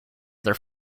their